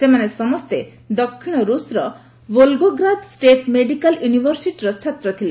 ସେମାନେ ସମସ୍ତେ ଦକ୍ଷିଣ ଋଷର ବୋଲଗୋଗ୍ରାଦ ଷ୍ଟେଟ୍ ମେଡ଼ିକାଲ୍ ୟୁନିଭରସିଟିର ଛାତ୍ର ଥିଲେ